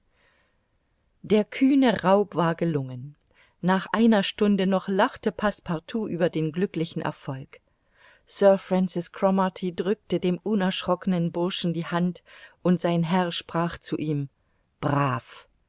der kühne raub war gelungen nach einer stunde noch lachte passepartout über den glücklichen erfolg sir francis cromarty drückte dem unerschrockenen burschen die hand und sein herr sprach zu ihm brav